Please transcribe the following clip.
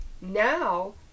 Now